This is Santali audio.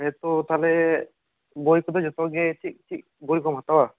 ᱦᱮᱸᱛᱚ ᱛᱟᱦᱚᱞᱮ ᱵᱳᱭ ᱠᱚᱫ ᱡᱚᱛᱚ ᱜᱮ ᱪᱮᱫ ᱪᱮᱫ ᱵᱳᱭ ᱠᱚᱢ ᱦᱟᱛᱟᱣᱟ